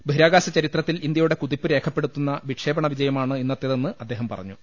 ബഹിരാകാശ ചരിത്രത്തിൽ ഇന്ത്യയുടെ കുതിപ്പ് രേഖപ്പെടുത്തുന്ന വിക്ഷേപണ വിജ യമാണ് ഇന്നത്തേതെന്ന് അദ്ദേഹം പറഞ്ഞു